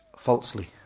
falsely